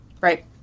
Right